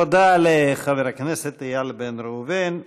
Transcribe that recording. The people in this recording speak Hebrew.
תודה לחבר הכנסת איל בן ראובן.